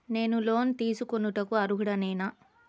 నేను లోన్ తీసుకొనుటకు అర్హుడనేన?